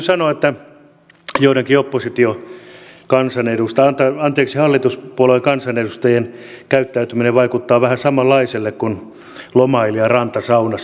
täytyy sanoa että joidenkin hallituspuolueiden kansanedustajien käyttäytyminen vaikuttaa vähän samanlaiselle kuin lomailija rantasaunassa